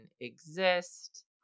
exist